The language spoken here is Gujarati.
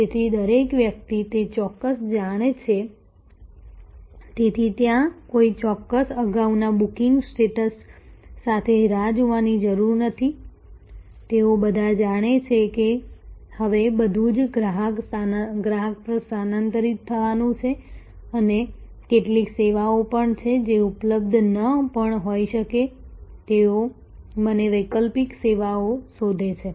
તેથી દરેક વ્યક્તિ તે ચોક્કસ જાણે છે તેથી ત્યાં કોઈ ચોક્કસ અગાઉના બુકિંગ સ્ટેટસ સાથે રાહ જોવાની જરૂર નથી તેઓ બધા જાણે છે કે હવે બધું જ ગ્રાહક પર સ્થાનાંતરિત થવાનું છે અને કેટલીક સેવાઓ પણ છે જે ઉપલબ્ધ ન પણ હોઈ શકે તેઓ મને વૈકલ્પિક સેવાઓ શોધે છે